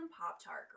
Pop-Tart